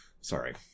Sorry